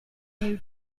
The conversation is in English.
new